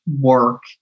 work